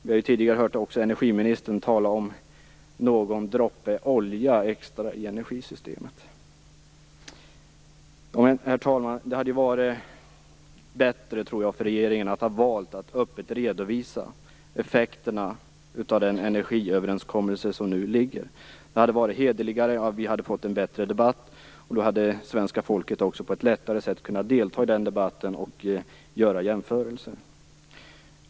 Vi har tidigare hört energiministern tala om någon droppe olja extra i energisystemet. Herr talman! Jag tror att det hade varit bättre för regeringen om man hade valt att öppet redovisa effekterna av den energiöverenskommelse som nu ligger. Det hade varit hederligare, och vi hade fått en bättre debatt. Och då hade svenska folket på ett lättare sätt kunnat delta i den debatten och göra jämförelser.